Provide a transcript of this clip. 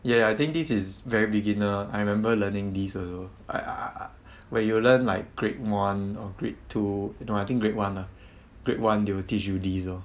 ya ya I think this is very beginner I remember learning these also i~ i~ where you learn like grade one or grade two no I think grade one lah grade one they will teach you these lor